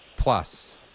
plus